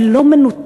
היא לא מנותקת,